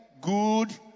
good